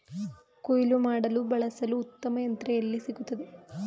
ಕುಯ್ಲು ಮಾಡಲು ಬಳಸಲು ಉತ್ತಮ ಯಂತ್ರ ಎಲ್ಲಿ ಸಿಗುತ್ತದೆ?